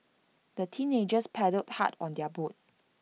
the teenagers paddled hard on their boat